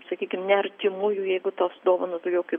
sakykim ne artimųjų jeigu tos dovanos daugiau kaip